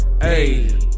Hey